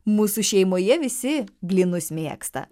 mūsų šeimoje visi blynus mėgsta